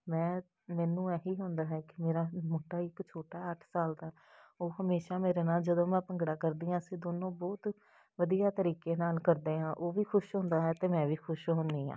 ਮੈਂ ਮੈਨੂੰ ਇਹੀ ਹੁੰਦਾ ਹੈ ਕਿ ਮੇਰਾ ਮੁੰਡਾ ਇੱਕ ਛੋਟਾ ਅੱਠ ਸਾਲ ਦਾ ਉਹ ਹਮੇਸ਼ਾ ਮੇਰੇ ਨਾਲ ਜਦੋਂ ਮੈਂ ਭੰਗੜਾ ਕਰਦੀ ਹਾਂ ਅਸੀਂ ਦੋਨੋਂ ਬਹੁਤ ਵਧੀਆ ਤਰੀਕੇ ਨਾਲ ਕਰਦੇ ਹਾਂ ਉਹ ਵੀ ਖੁਸ਼ ਹੁੰਦਾ ਹੈ ਅਤੇ ਮੈਂ ਵੀ ਖੁਸ਼ ਹੁੰਦੀ ਹਾਂ